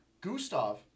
Gustav